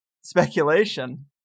speculation